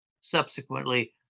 subsequently